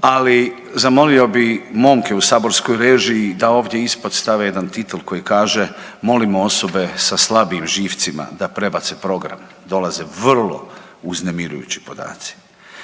ali zamolio bi momke u saborskoj režiji da ovdje ispod stave jedan titl koji kaže, molimo osobe sa slabim živcima da prebace program dokaze vrlo uznemirujući podaci.